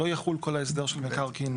יחול כל ההסדר של מקרקעין.